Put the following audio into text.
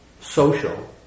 social